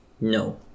No